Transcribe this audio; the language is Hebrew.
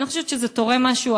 אני לא חושבת שזה תורם משהו.